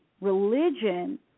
religion